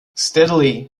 steadily